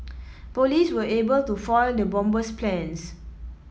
police were able to foil the bomber's plans